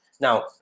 Now